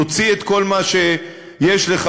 תוציא את כל מה שיש לך.